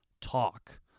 talk